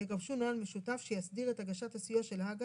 יגבשו נוהל משותף שיסדיר את הגשת הסיוע של הג"א